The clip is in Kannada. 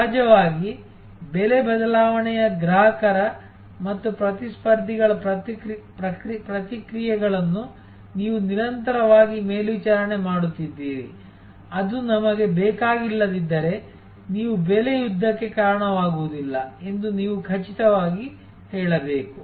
ಸಹಜವಾಗಿ ಬೆಲೆ ಬದಲಾವಣೆಯ ಗ್ರಾಹಕರ ಮತ್ತು ಪ್ರತಿಸ್ಪರ್ಧಿಗಳ ಪ್ರತಿಕ್ರಿಯೆಗಳನ್ನು ನೀವು ನಿರಂತರವಾಗಿ ಮೇಲ್ವಿಚಾರಣೆ ಮಾಡುತ್ತಿದ್ದೀರಿ ಅದು ನಮಗೆ ಬೇಕಾಗಿಲ್ಲದಿದ್ದರೆ ನೀವು ಬೆಲೆ ಯುದ್ಧಕ್ಕೆ ಕಾರಣವಾಗುವುದಿಲ್ಲ ಎಂದು ನೀವು ಖಚಿತವಾಗಿ ಹೇಳಬೇಕು